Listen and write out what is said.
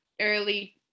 early